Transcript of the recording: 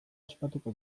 ospatuko